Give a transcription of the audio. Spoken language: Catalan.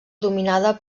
dominada